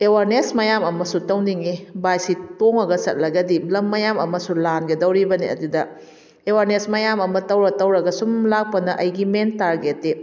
awareness ꯃꯌꯥꯝ ꯑꯃꯁꯨ ꯇꯧꯅꯤꯡꯏ ꯕꯥꯏꯛꯁꯤ ꯇꯣꯡꯂꯒ ꯆꯠꯂꯒꯗꯤ ꯂꯝ ꯃꯌꯥꯝ ꯑꯃꯁꯨ ꯂꯥꯟꯒꯗꯧꯔꯤꯕꯅꯤ ꯑꯗꯨꯗ ꯑꯦꯋꯥꯔꯅꯦꯁ ꯃꯌꯥꯝ ꯑꯃ ꯇꯧꯔ ꯇꯧꯔꯒ ꯁꯨꯝ ꯂꯥꯛꯄꯅ ꯑꯩꯒꯤ ꯃꯦꯟ ꯇꯥꯔꯒꯦꯠꯇꯤ